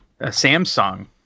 Samsung